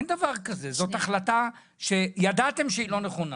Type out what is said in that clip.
זאת החלטה שידעתם שהיא לא נכונה.